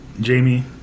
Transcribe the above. Jamie